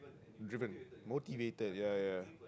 driven motivator ya ya